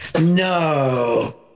No